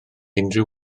unrhyw